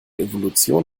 evolution